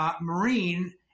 Marine